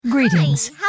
Greetings